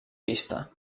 pista